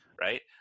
right